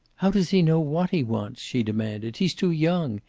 how does he know what he wants? she demanded. he's too young.